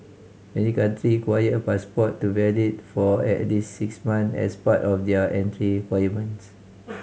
many country require a passport to valid for at least six months as part of their entry requirements